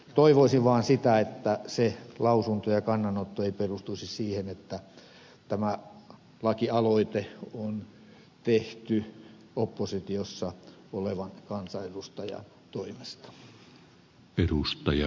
toivoisin vaan sitä että se lausunto ja kannanotto eivät perustuisi siihen että tämä lakialoite on tehty oppositiossa olevan kansanedustajan toimesta